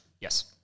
Yes